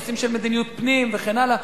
נושאים של מדיניות פנים וכן הלאה.